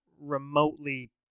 remotely